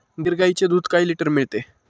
गीर गाईचे दूध काय लिटर मिळते?